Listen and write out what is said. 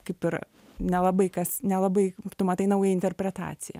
kaip ir nelabai kas nelabai tu matai naują interpretaciją